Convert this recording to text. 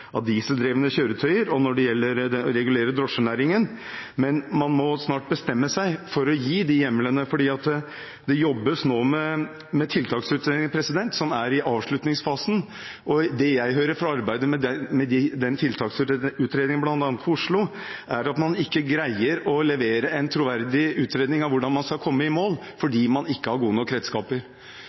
av dieseldrevne kjøretøyer, og når det gjelder å regulere drosjenæringen, men man må snart bestemme seg for å gi de hjemlene, for det jobbes nå med tiltaksutredninger som er i avslutningsfasen. Og det jeg hører fra arbeidet med bl.a. tiltaksutredningen for Oslo, er at man ikke greier å levere en troverdig utredning av hvordan man skal komme i mål, fordi man ikke har gode nok redskaper.